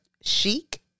Chic